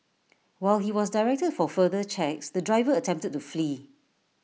while he was directed for further checks the driver attempted to flee